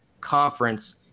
conference